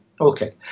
Okay